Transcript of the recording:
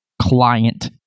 client